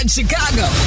Chicago